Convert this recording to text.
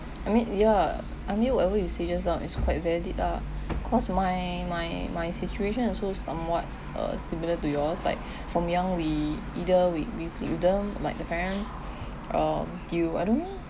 I mean ya I mean whatever you say just now is quite valid ah cause my my my situation also somewhat uh similar to yours like from young we either we we don't like the parents(um) due I don't